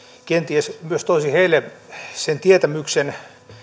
kenties myös toisi heille sen tietämyksen